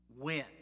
win